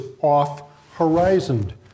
off-horizoned